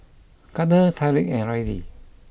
Gardner Tyriq and Rylee